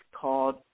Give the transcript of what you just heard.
called